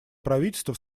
правительство